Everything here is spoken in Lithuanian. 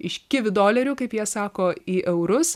iš kivi dolerių kaip jie sako į eurus